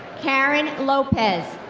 karen lopez.